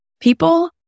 People